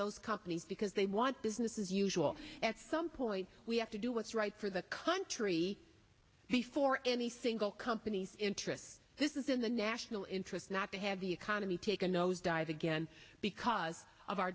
those companies because they want business as usual at some point we have to do what's right for the country before any single company's interest this is in the national interest not to have the economy take a nosedive again because of our